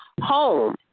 home